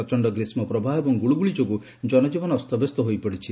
ପ୍ରଚଣ୍ଡ ଗ୍ରୀଷ୍କ ପ୍ରବାହ ଏବଂଗୁଳୁଗୁଳି ଯୋଗୁଁ ଜନଜୀବନ ଅସ୍ତବ୍ୟସ୍ତ ହୋଇପଡିଛି